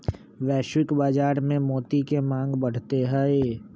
वैश्विक बाजार में मोती के मांग बढ़ते हई